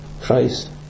Christ